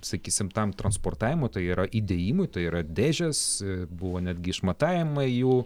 sakysim tam transportavimui tai yra įdėjimui tai yra dėžės buvo netgi išmatavimai jų